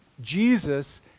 Jesus